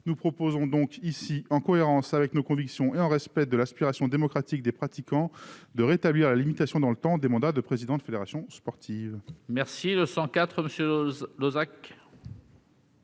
nous proposons, en cohérence avec nos convictions et dans le respect de l'aspiration démocratique des pratiquants, de rétablir la limitation dans le temps des mandats de président de fédération sportive. L'amendement n° 104